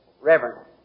Reverend